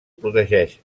protegeix